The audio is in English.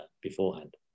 beforehand